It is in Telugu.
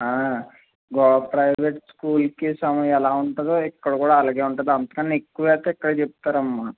గౌ ప్రవేట్ స్కూల్కి సమయం ఎలా ఉంటుందో ఇక్కడ కూడా అలాగే ఉంటుంది అంతకంటే ఎక్కువ అయితే ఇక్కడ చెప్తారమ్మా